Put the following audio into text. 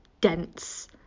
dense